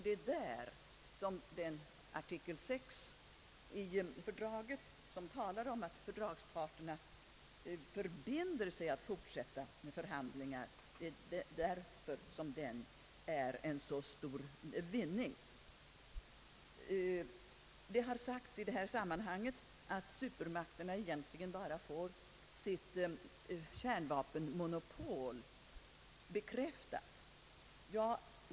Det är därför artikel VI i fördraget, som talar om att fördragsparterna förbinder sig att fortsätta med förhandlingar, är en så stor vinning. Det har sagts i detta sammanhang att supermakterna egentligen bara får sitt kärnvapenmonopol bekräftat.